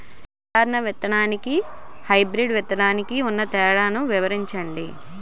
సాధారణ విత్తననికి, హైబ్రిడ్ విత్తనానికి ఉన్న తేడాలను వివరించండి?